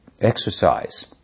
exercise